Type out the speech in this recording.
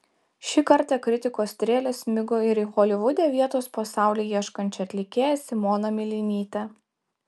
šį kartą kritikos strėlės smigo ir į holivude vietos po saule ieškančią atlikėją simoną milinytę